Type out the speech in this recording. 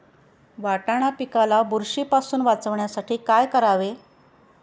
वाटाणा पिकाला बुरशीपासून वाचवण्यासाठी काय करावे?